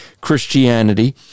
Christianity